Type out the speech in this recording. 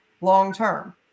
long-term